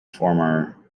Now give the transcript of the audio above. former